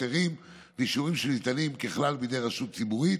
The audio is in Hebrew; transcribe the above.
היתרים ואישורים שניתנים ככלל בידי רשות ציבורית